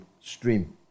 stream